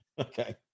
Okay